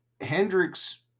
Hendrix